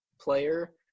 player